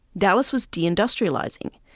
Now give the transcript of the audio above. dallas was de-industrializing.